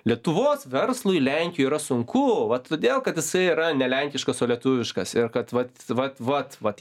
lietuvos verslui lenkijoj yra sunku vat todėl kad jisai yra ne lenkiškas o lietuviškas ir kad vat vat vat vat